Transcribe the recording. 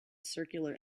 circular